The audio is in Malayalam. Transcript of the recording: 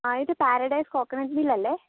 ആ ഇത് പാരഡൈസ് കോക്കനട്ട് മിൽ അല്ലേ